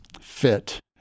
fit